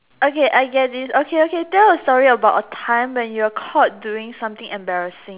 okay I get this okay okay tell a story about a time when you were caught doing something embarassing